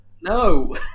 No